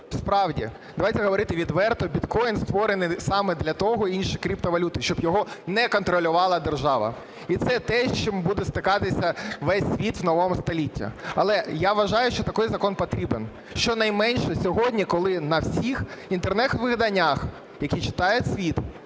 Справді, давайте говорити відверто, біткоїн створений саме для того, і інші криптовалюти, щоб його не контролювала держава. І це те, з чим буде стикатися весь світ у новому столітті. Але я вважаю, що такий закон потрібен, щонайменше сьогодні, коли на всіх інтернет-виданнях, які читає світ,